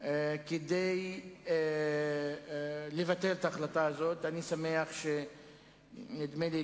המשבר כדי להרוס את המבנה של מדינת